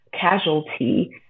casualty